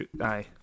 Aye